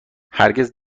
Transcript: هرگز